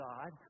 God